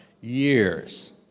years